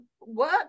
work